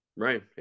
Right